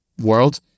world